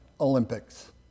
Olympics